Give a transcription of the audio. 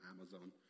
Amazon